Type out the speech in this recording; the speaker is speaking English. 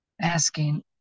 asking